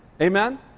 Amen